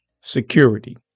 security